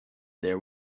there